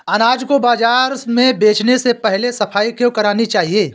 अनाज को बाजार में बेचने से पहले सफाई क्यो करानी चाहिए?